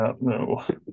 No